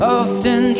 often